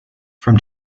from